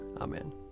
Amen